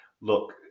look